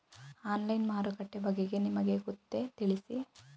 Online ಮಾರುಕಟ್ಟೆ ಬಗೆಗೆ ನಿಮಗೆ ಗೊತ್ತೇ? ತಿಳಿಸಿ?